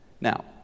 Now